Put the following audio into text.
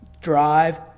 drive